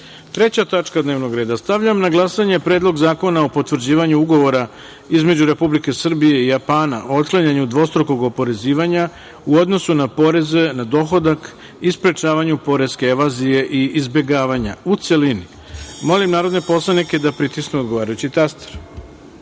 tačka dnevnog reda. Stavljam na glasanje Predlog zakona o potvrđivanju Ugovora između Republike Srbije i Japana o otklanjanju dvostrukog oporezivanja u odnosu na poreze na dohodak i sprečavanju poreske evazije i izbegavanja, u celini. Molim narodne poslanike da pritisnu odgovarajući